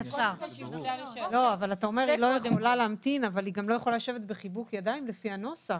אבל היא גם לא יכולה לשבת בחיבוק ידיים לפי הנוסח.